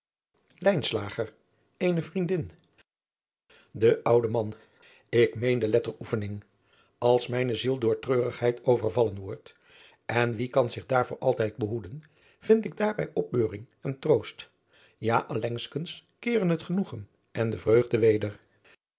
eene vriendin de oude man ik meen de letteroefening als mijne ziel door treurigheid overvallen wordt en wie kan zich daarvoor altijd behoeden vind ik daarbij opbeuring en troost ja allengskens keeren het genoegen en de vreugde weder